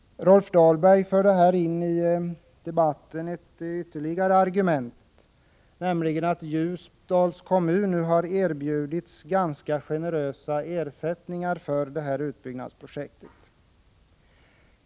Rolf Dahlberg förde in ytterligare ett argument i debatten, nämligen att Ljusdals kommun har erbjudits ganska generösa ersättningar för detta utbyggnadsprojekt.